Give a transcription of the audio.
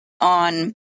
on